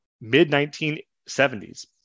mid-1970s